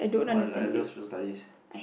oh I I love Social Studies